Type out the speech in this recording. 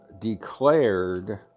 declared